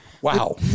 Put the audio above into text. Wow